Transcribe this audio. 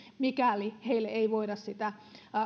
mikäli heille ei voida sitä